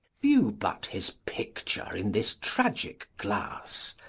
view but his picture in this tragic glass,